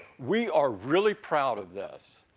we are really proud of this.